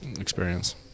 experience